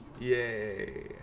yay